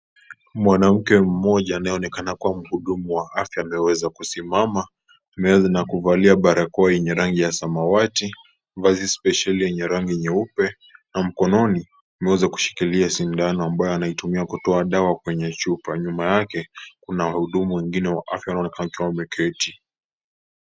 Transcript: Mwanamke mmoja anayeonekana kuwa mhudumu wa afya ameweza kusimama mbele na kuvalia barakoa yenye rangi ya samawati , vazi spesheli yenye rangi nyeupe na mkononi ameweza kushikilia sindano ambayo anaitumia kutoa dawa kwenye chupa. Nyuma yake kuna wahudumu wengine wa afya wanaoonekana kuketi.